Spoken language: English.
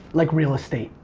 like real estate.